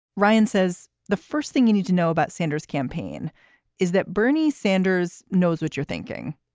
ryan says the first thing you need to know about sanders campaign is that bernie sanders knows what you're thinking,